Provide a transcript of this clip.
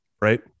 right